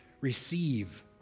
receive